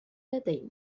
لدي